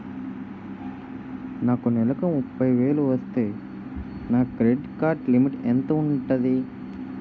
నాకు నెలకు ముప్పై వేలు వస్తే నా క్రెడిట్ కార్డ్ లిమిట్ ఎంత ఉంటాది?